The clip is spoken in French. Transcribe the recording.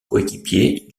coéquipier